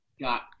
got